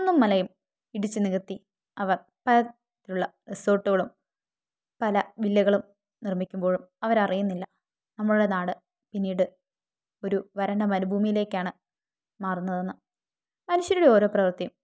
കുന്നും മലയും ഇടിച്ചു നികത്തി അവർ പല തരത്തിലുള്ള റിസോർട്ടുകളും പല വില്ലകളും നിർമ്മിക്കുമ്പോഴും അവർ അറിയുന്നില്ല നമ്മുടെ നാട് പിന്നീട് ഒരു വരണ്ട മരുഭൂമിയിലേക്കാണ് മാറുന്നതെന്ന് മനുഷ്യരുടെ ഓരോ പ്രവർത്തിയും